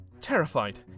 terrified